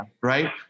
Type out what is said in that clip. right